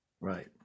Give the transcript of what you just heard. Right